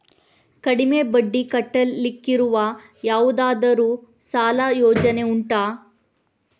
ಕಡಿಮೆ ಬಡ್ಡಿ ಕಟ್ಟಲಿಕ್ಕಿರುವ ಯಾವುದಾದರೂ ಸಾಲ ಯೋಜನೆ ಉಂಟಾ